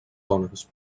dones